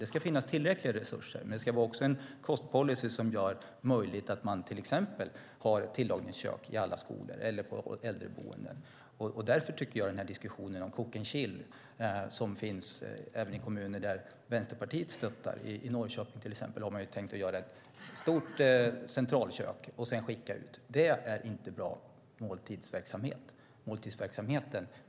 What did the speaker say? Det ska finnas tillräckliga resurser, men det ska också finnas en kostpolicy som gör det möjligt att ha tillagningskök i alla skolor och på äldreboenden. Diskussionen om cook and chill finns även i kommuner där Vänsterpartiet stöttar. I Norrköping har man till exempel tänkt göra ett stort centralkök och sedan skicka ut maten. Det är inte en bra måltidsverksamhet.